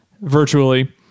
virtually